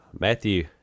Matthew